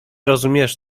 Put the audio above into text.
rozumiesz